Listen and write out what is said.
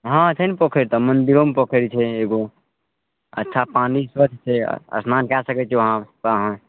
हँ छै ने पोखैरि तऽ मन्दिरोमे पोखैरि छै एगो अच्छा पानि स्वच्छ छै स्नान कए सकै छियै अहाँ वहाँ